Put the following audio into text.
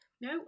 No